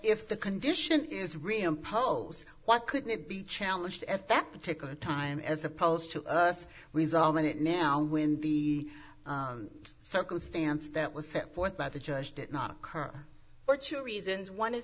if the condition is reimpose what could it be challenged at that particular time as opposed to us resolving it now when the circumstance that was set forth by the judge did not occur for two reasons one is